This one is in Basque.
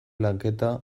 lanketa